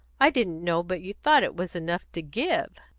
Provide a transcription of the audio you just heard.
i didn't know but you thought it was enough to give.